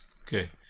okay